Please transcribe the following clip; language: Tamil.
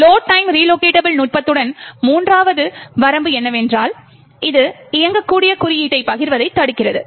லோட் டைம் ரிலோகெட்டபுள் நுட்பத்தின் மூன்றாவது வரம்பு என்னவென்றால் இது இயங்கக்கூடிய குறியீட்டைப் பகிர்வதைத் தடுக்கிறது